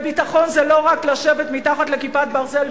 וביטחון זה לא רק לשבת מתחת ל"כיפת ברזל",